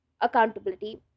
accountability